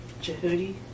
Jehudi